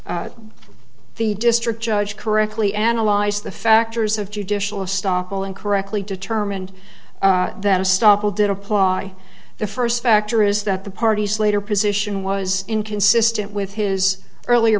the district judge correctly analyzed the factors of judicial of stoppel and correctly determined that a stop will did apply the first factor is that the parties later position was inconsistent with his earlier